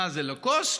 מה זה, לקוסט?